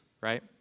right